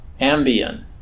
Ambien